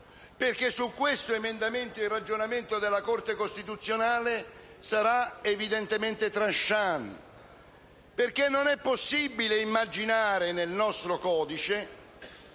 perché su questo emendamento il ragionamento della Corte costituzionale sarà evidentemente *tranchant*, visto che non è possibile immaginare che nel nostro codice